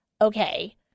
okay